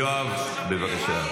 יואב, בבקשה.